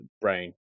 brain